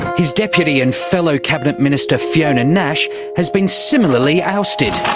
his deputy and fellow cabinet minister fiona nash has been similarly ousted.